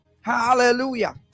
Hallelujah